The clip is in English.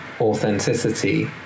authenticity